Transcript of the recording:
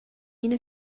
ina